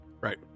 right